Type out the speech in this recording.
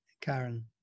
karen